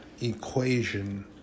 equation